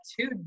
two